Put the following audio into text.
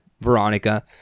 Veronica